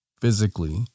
physically